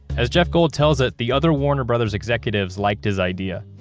as jeff gold tells it, the other warner brothers executives like this idea.